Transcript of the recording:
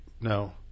no